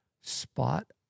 spot